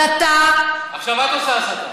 עכשיו את עושה הסתה.